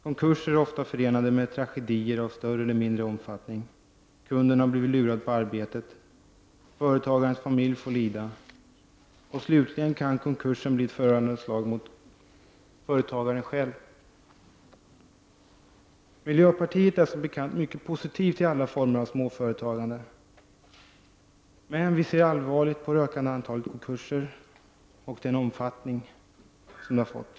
Konkurser är ofta förenade med tragedier av större eller mindre omfattning. Kunden har blivit lurad på arbetet. Företagarens familj får lida, och slutligen kan konkursen bli ett förödande slag mot företagaren själv. Miljöpartiet är som bekant mycket positivt till alla former av småföretagande. Men vi ser allvarligt på det ökande antalet konkurser och den omfattning som de har fått.